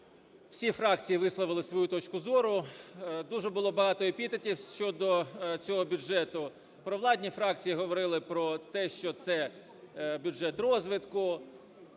всі фракції висловили свою точку зору, дуже багато було епітетів щодо цього бюджету. Провладні фракції говорили про те, що це бюджет розвитку,